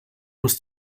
muss